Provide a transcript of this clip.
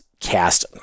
cast